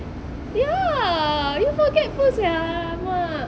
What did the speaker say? ya you forgetful sia !alamak!